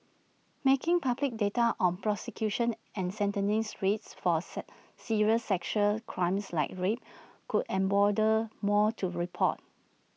making public data on prosecution and sentencing rates for sir serious sexual crimes like rape could embolden more to report